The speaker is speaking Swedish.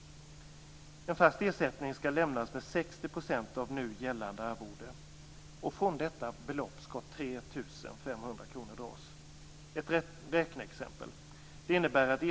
En fast ersättning skall lämnas med 60 % av nu gällande arvode. Från detta belopp skall 3 500 kr dras. Låt mig ge ett räkneexempel.